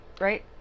right